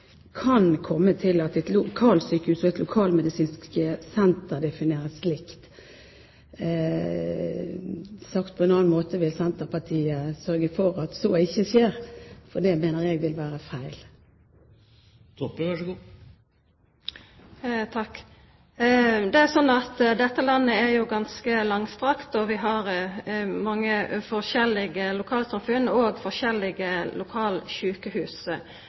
kan komme til at et lokalsykehus og et lokalmedisinsk senter defineres likt? Sagt på en annen måte: Vil Senterpartiet sørge for at så ikke skjer? For det mener jeg vil være feil. Det er slik at dette landet er ganske langstrakt, og vi har mange forskjellige lokalsamfunn og òg forskjellige lokalsjukehus.